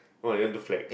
!wah! then do flags